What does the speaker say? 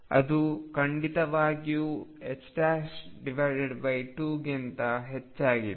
ಅದು ಖಂಡಿತವಾಗಿಯೂ 2ಗಿಂತ ಹೆಚ್ಚಾಗಿದೆ